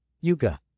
Yuga